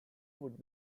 would